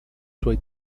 suoi